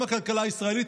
גם הכלכלה הישראלית,